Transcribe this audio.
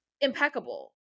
impeccable